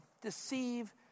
deceive